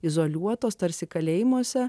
izoliuotos tarsi kalėjimuose